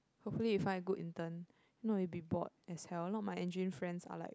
hopefully you find a good intern if not you'll be bored as in a lot of my engine friends are like